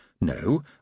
No